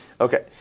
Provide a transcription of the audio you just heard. Okay